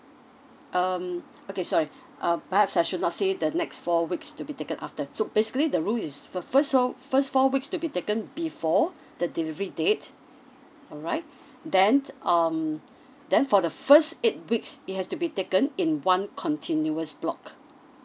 um okay sorry uh perhaps I should not say the next four weeks to be taken after so basically the rule is for first fo~ first four weeks to be taken before the delivery date alright then um then for the first eight weeks it has to be taken in one continuous block